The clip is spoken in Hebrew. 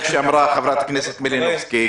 כפי שאמרה חברת הכנסת מלינובסקי,